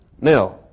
Now